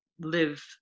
live